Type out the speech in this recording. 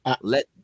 let